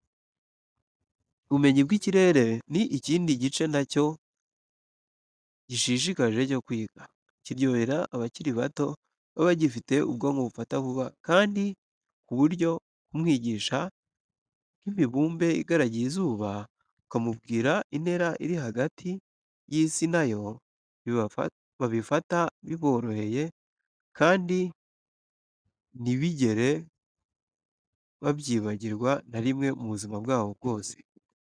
Ubumenyi bw'ikirere ni ikindi gice na cyo gishishikaje cyo kwiga, kiryohera abakiri bato, baba bagifite ubwonko bufata vuba ku buryo kumwigisha nk'imibumbe igaragiye izuba, ukamubwira intera iri hagati y'isi na yo, babifata biboroheye kandi ntibigere babyibagirwa na rimwe mu buzima bwabo bwose.